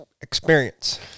experience